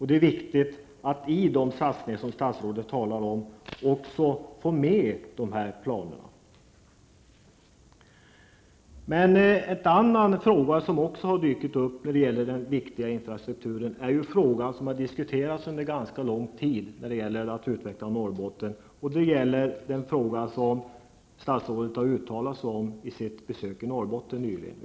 Det är viktigt att i de satsningar som statsrådet talar om få med också de här planerna. En annan fråga, som berör den viktiga infrastrukturen och Norrbottens utveckling och som har diskuterats under ganska lång tid, har statsrådet uttalat sig om vid sitt besök nyligen i Norrbotten.